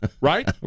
Right